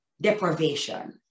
deprivation